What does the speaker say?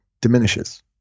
diminishes